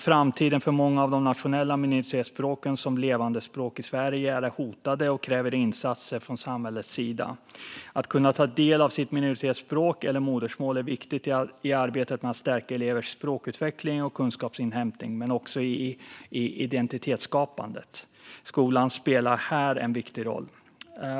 Framtiden för många av de nationella minoritetsspråken som levande språk i Sverige är hotad, vilket kräver insatser från samhällets sida. Att låta elever ta del av sitt minoritetsspråk eller modersmål är viktigt i arbetet med att stärka deras språkutveckling och kunskapsinhämtning men också för identitetsskapandet. Skolan spelar här en viktig roll.